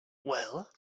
well